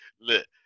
look